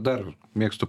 dar mėgstu